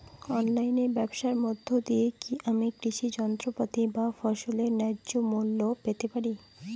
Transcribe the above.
অনলাইনে ব্যাবসার মধ্য দিয়ে কী আমি কৃষি যন্ত্রপাতি বা ফসলের ন্যায্য মূল্য পেতে পারি?